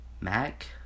Mac